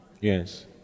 Yes